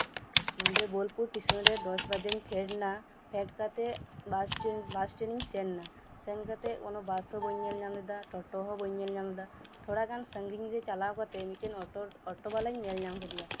ᱱᱚᱰᱮ ᱵᱳᱞᱯᱩᱨ ᱴᱮᱥᱚᱱ ᱨᱮ ᱫᱚᱥ ᱵᱟᱡᱮᱧ ᱯᱷᱮᱰ ᱮᱱᱟ ᱯᱷᱮᱰ ᱠᱟᱛᱮᱫ ᱵᱟᱥᱴᱮᱱᱰ ᱤᱧ ᱥᱮᱱ ᱮᱱᱟ ᱥᱮᱱ ᱠᱟᱛᱮᱫ ᱚᱱᱟ ᱵᱟᱥ ᱦᱚᱸ ᱵᱟᱹᱧ ᱧᱮᱞ ᱧᱟᱢᱫᱟ ᱴᱳᱴᱳ ᱦᱚᱸ ᱵᱟᱹᱧ ᱧᱮᱞ ᱧᱟᱢ ᱞᱮᱫᱟ ᱛᱷᱚᱲᱟ ᱜᱟᱱ ᱥᱟᱹᱜᱤᱧ ᱨᱮ ᱪᱟᱞᱟᱣ ᱠᱟᱛᱮᱜ ᱢᱤᱫᱴᱮᱝ ᱴᱳᱴᱳ ᱵᱟᱞᱟᱧ ᱧᱮᱞ ᱧᱟᱢ ᱠᱮᱫᱮᱭᱟ